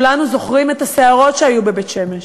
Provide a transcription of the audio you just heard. כולנו זוכרים את הסערות שהיו בבית-שמש,